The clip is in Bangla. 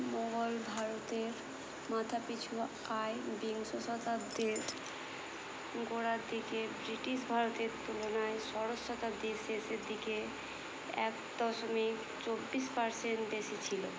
মুঘল ভারতের মাথা পিছু আয় বিংশ শতাব্দীর গোড়ার দিকে ব্রিটিশ ভারতের তুলনায় ষোড়শ শতাব্দীর শেষের দিকে এক দশমিক চব্বিশ পারসেন্ট বেশি ছিলো